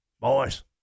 boys